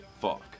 Fuck